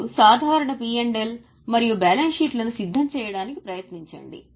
మరియు సాధారణ P L మరియు బ్యాలెన్స్ షీట్లను సిద్ధం చేయడానికి ప్రయత్నించండి